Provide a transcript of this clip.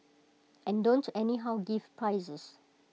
and don't anyhow give prizes